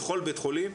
בכל בית חולים,